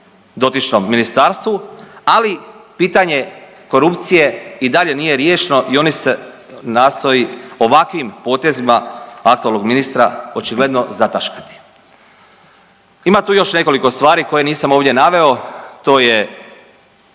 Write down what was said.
dotičnom ministarstvu, ali pitanje korupcije i dalje nije riješeno i ono se nastoji ovakvim potezima aktualnog ministra očigledno zataškati. Ima tu još nekoliko stvari koje nisam ovdje naveo. To je